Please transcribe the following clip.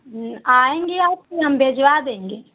आएंगे आप कि हम भिजवा देंगे